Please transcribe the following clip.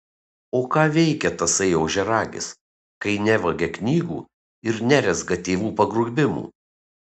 o ką veikia tasai ožiaragis kai nevagia knygų ir nerezga tėvų pagrobimų